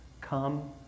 Come